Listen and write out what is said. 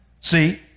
See